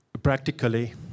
Practically